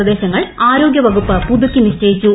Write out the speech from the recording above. നിർദ്ദേശങ്ങൾ ആരോഗൃ വകുപ്പ് പുതുക്കി നിശ്ചയിച്ചു